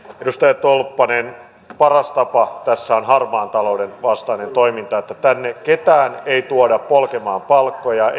edustaja tolppanen paras tapa tässä on harmaan talouden vastainen toiminta että tänne ketään ei tuoda polkemaan palkkoja